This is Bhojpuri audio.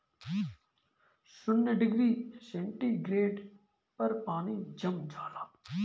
शून्य डिग्री सेंटीग्रेड पर पानी जम जाला